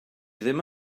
ddim